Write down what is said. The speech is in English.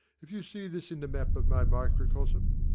if you see this in the map of my microcosm,